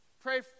Pray